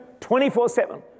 24-7